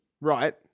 Right